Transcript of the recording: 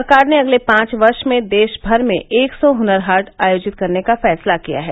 सरकार ने अगले पांच वर्ष में देशभर में एक सौ हुनर हाट आयोजित करने का फैसला किया है